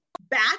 back